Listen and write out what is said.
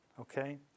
Okay